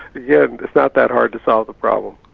again, it's not that hard to solve the problem.